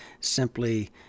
simply